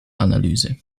analyse